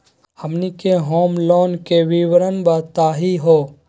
हमनी के home loan के विवरण बताही हो?